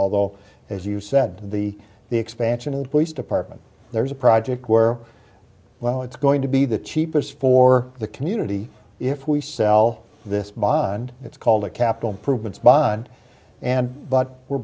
although as you said the the expansion and police department there's a project where well it's going to be the cheapest for the community if we sell this bond it's called a capital improvements bond and but we're